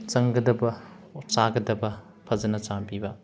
ꯆꯪꯒꯗꯕ ꯆꯥꯒꯗꯕ ꯐꯖꯅ ꯆꯥꯕꯤꯕ